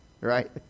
Right